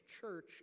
church